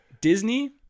Disney